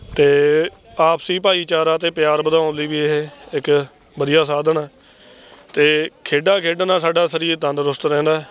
ਅਤੇ ਆਪਸੀ ਭਾਈਚਾਰਾ ਅਤੇ ਪਿਆਰ ਵਧਾਉਣ ਲਈ ਵੀ ਇਹ ਇੱਕ ਵਧੀਆ ਸਾਧਨ ਹੈ ਅਤੇ ਖੇਡਾਂ ਖੇਡਣ ਨਾਲ ਸਾਡਾ ਸਰੀਰ ਤੰਦਰੁਸਤ ਰਹਿੰਦਾ